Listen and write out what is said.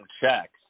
checks